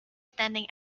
standing